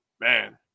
man